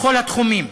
בכל התחומים: